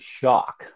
shock